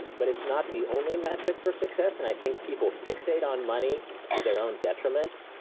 but it's not the only metric for success. and i think people fixate on money to their own detriment.